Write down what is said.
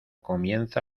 comienza